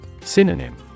Synonym